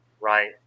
right